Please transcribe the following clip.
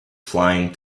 flying